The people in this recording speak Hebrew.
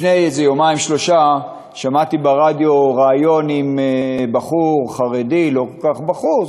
לפני יומיים-שלושה שמעתי ברדיו ריאיון עם בחור חרדי לא כל כך בחור,